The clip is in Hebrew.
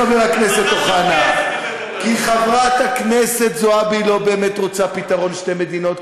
חבר הכנסת אוחנה: כי חברת הכנסת זועבי לא באמת רוצה פתרון שתי מדינות,